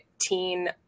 teen